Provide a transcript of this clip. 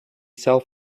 self